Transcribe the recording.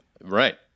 Right